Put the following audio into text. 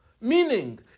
Meaning